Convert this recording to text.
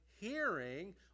hearing